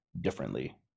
differently